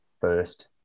first